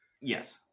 yes